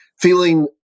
feeling